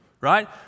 right